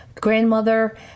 grandmother